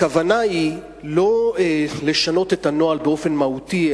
הכוונה היא לא לשנות את הנוהל באופן מהותי,